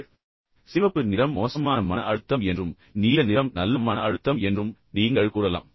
எனவே சிவப்பு நிறம் மோசமான மன அழுத்தம் என்றும் நீல நிறம் நல்ல மன அழுத்தம் என்றும் நீங்கள் கூறலாம்